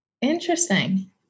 interesting